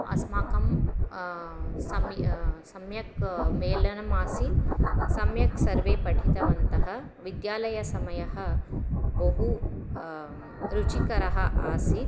अस्माकं सम्मि सम्यक् मेलनम् आसीत् सम्यक् सर्वे पठितवन्तः विद्यालयसमयः बहु रुचिकरः आसीत्